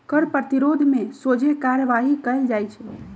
कर प्रतिरोध में सोझे कार्यवाही कएल जाइ छइ